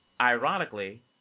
Ironically